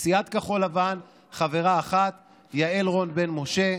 מסיעת כחול לבן חברה אחת: יעל רון בן משה,